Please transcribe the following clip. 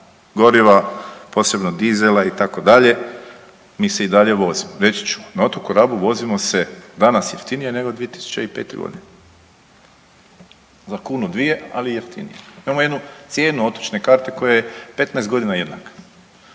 goriva, posebno dizela itd. mi se i dalje vozimo. Reći ću na otoku Rabu vozimo se danas jeftinije nego 2005.g. za kunu, dvije, ali jeftinije. Imamo jednu cijenu otočne karte koja je 15 godina jednaka,